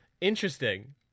Interesting